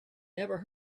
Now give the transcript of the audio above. never